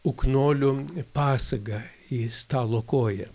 uknolių pasagą į stalo koją